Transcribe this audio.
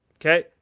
Okay